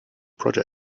project